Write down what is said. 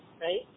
right